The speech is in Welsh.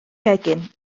gegin